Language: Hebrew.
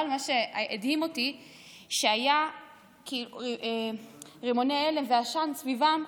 אבל מה שהדהים אותי זה שהיו רימוני הלם ועשן סביבם,